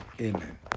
Amen